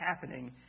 happening